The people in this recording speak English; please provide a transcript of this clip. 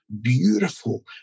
beautiful